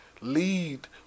Lead